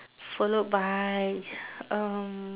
followed by um